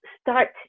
start